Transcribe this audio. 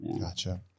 Gotcha